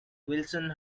wilson